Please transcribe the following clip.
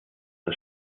das